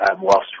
whilst